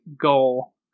goal